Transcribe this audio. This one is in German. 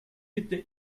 bitte